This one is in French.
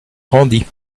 rendit